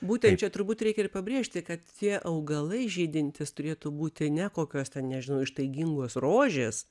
būtent čia turbūt reikia ir pabrėžti kad tie augalai žydintys turėtų būti ne kokios ten nežinau ištaigingos rožės